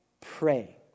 pray